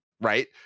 Right